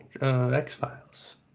X-Files